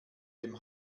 dem